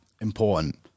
important